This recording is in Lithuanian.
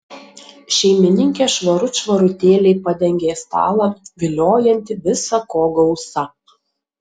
šeimininkė švarut švarutėliai padengė stalą viliojantį visa ko gausa